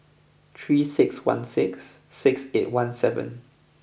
three six one six six eight one seven